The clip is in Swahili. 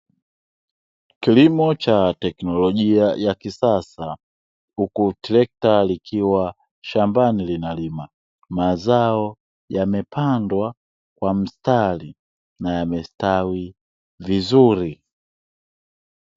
Kilimo cha teknolojia ya kisasa huku trekta likiwa shambani linalima. Mazao yamepandwa kwa mstari na yamestawi vizuri.